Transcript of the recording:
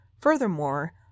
Furthermore